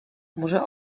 może